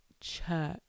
church